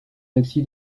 taxi